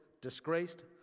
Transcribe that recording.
disgraced